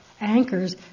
anchors